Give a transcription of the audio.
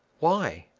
why?